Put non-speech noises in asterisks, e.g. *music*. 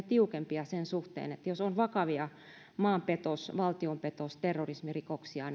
*unintelligible* tiukempia sen suhteen että jos on vakavia maanpetos valtionpetos terrorismirikoksia *unintelligible*